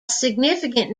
significant